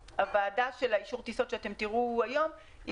הוועדה של אישור הטיסות שתראו היום היא